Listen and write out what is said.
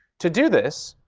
to do this,